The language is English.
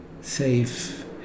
safe